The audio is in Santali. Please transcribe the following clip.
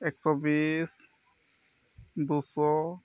ᱮᱠᱥᱚ ᱵᱤᱥ ᱫᱩᱥᱚ